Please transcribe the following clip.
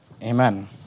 Amen